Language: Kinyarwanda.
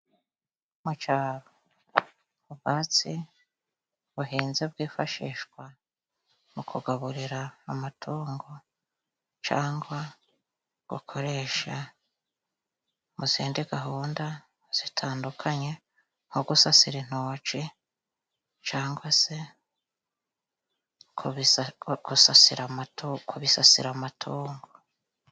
Mu caro ubwatsi buhenze bwifashishwa mu kugaburira amatungo cangwa gukoresha mu zindi gahunda zitandukanye nko gusasirar intoci cangwa se kubisasira amatungo.